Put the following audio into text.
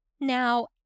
Now